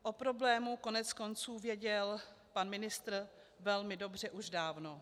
O problému koneckonců věděl pan ministr velmi dobře už dávno.